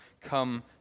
come